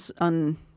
on